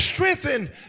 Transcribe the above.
Strengthen